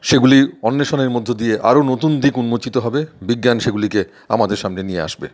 সেগুলির অন্বেষণের মধ্যে দিয়ে আরো নতুন দিক উন্মোচিত হবে বিজ্ঞান সেগুলিকে আমাদের সামনে নিয়ে আসবে